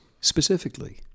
specifically